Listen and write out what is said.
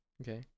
Okay